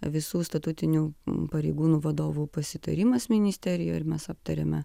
visų statutinių pareigūnų vadovų pasitarimas ministerijoj ir mes aptariame